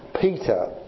Peter